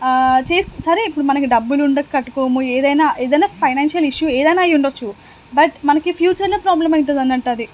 చే సరే ఇప్పుడు మనకి డబ్బులు ఉండక కట్టుకోము ఏదైనా ఏదైనా ఫైనాన్షియల్ ఇష్యూ ఏదైనా అయ్యి ఉండచ్చు బట్ మనకి ఫ్యూచర్లో ప్రాబ్లం అవుతుంది అన్నట్టు